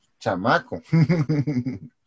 chamaco